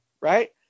right